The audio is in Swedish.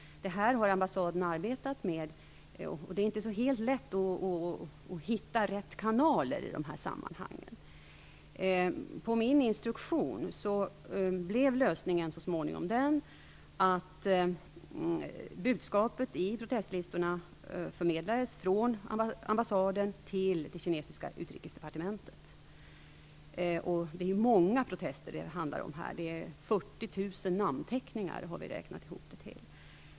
Detta har ambassaden arbetat med. Det är inte helt lätt att hitta rätt kanal i de här sammanhangen. På min instruktion blev lösningen så småningom att budskapet i protestlistorna förmedlades från ambassaden till det kinesiska utrikesdepartementet. Det handlar om många protester. Vi har räknat till 40 000 namnteckningar.